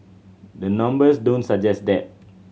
the numbers don't suggest that